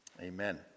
Amen